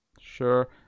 Sure